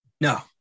No